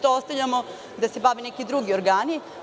To ostavljamo da se bave neki drugi organi.